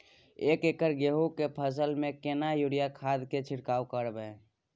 एक एकर गेहूँ के फसल में केतना यूरिया खाद के छिरकाव करबैई?